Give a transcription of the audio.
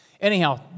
Anyhow